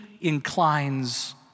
inclines